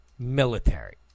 Military